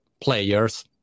players